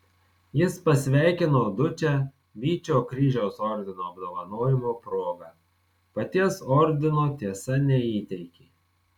jis pasveikino dučę vyčio kryžiaus ordino apdovanojimo proga paties ordino tiesa neįteikė